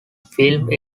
filmed